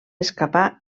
escapar